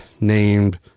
named